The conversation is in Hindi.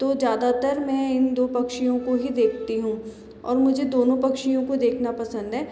तो ज़्यादातर मे इन दो पक्षियों को ही देखती हूँ और मुझे दोनो पक्षियों को देखना पसंद है